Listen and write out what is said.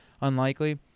unlikely